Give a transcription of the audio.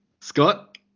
Scott